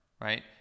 right